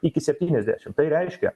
iki septyniasdešim tai reiškia